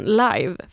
live